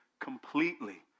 completely